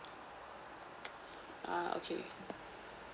ah okay